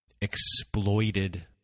exploited